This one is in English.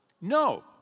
no